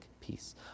peace